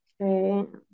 okay